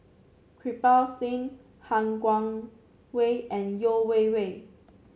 Kirpal Singh Han Guangwei and Yeo Wei Wei